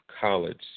college